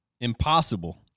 Impossible